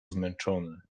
zmęczony